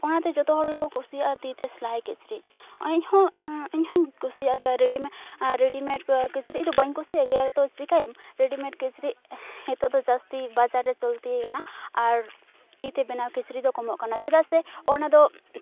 ᱚᱱᱟᱛᱮ ᱡᱚᱛᱚ ᱦᱚᱲᱜᱮᱠᱚ ᱠᱩᱥᱤᱭᱟᱜᱼᱟ ᱛᱤᱛᱮ ᱥᱤᱞᱟᱭ ᱠᱤᱪᱨᱤᱡᱽ ᱤᱧᱦᱚᱸ ᱤᱧᱦᱚᱸᱧ ᱠᱩᱥᱤᱭᱟᱜ ᱜᱮᱭᱟ ᱨᱮᱰᱤᱢᱮᱰ ᱨᱮᱰᱤᱢᱮᱰ ᱠᱤᱪᱨᱤᱡᱽᱫᱚ ᱵᱟᱹᱧ ᱠᱩᱥᱤᱭᱟᱜ ᱜᱮᱭᱟ ᱛᱚ ᱪᱮᱠᱟᱹᱭᱟᱢ ᱨᱮᱰᱤᱢᱮᱰ ᱠᱤᱪᱨᱤᱡᱽ ᱦᱤᱛᱚᱜᱫᱚ ᱡᱟᱹᱥᱛᱤ ᱵᱟᱡᱟᱨ ᱨᱮ ᱪᱚᱞᱛᱤᱭ ᱟᱠᱟᱱᱟ ᱟᱨ ᱛᱤᱛᱮ ᱵᱮᱱᱟᱣ ᱠᱤᱪᱨᱤᱡᱽ ᱫᱚ ᱠᱚᱢᱚᱜ ᱠᱟᱱᱟ ᱪᱮᱫᱟᱜ ᱥᱮ ᱚᱱᱟᱫᱚ